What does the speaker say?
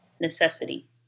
necessity